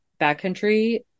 backcountry